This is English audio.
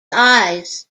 eyes